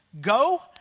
go